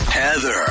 Heather